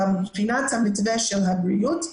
אבל מבחינת המתווה של הבריאות,